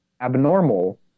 abnormal